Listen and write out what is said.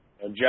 Jeff